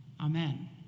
Amen